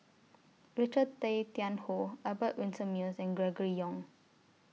Richard Tay Tian Hoe Albert Winsemius and Gregory Yong